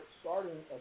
starting